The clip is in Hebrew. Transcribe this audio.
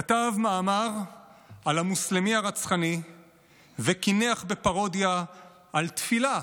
הוא כתב מאמר על המוסלמי הרצחני וקינח בפרודיה על תפילה